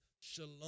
shalom